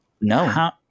No